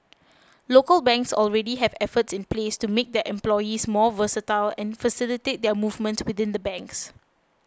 local banks already have efforts in place to make their employees more versatile and facilitate their movements within the banks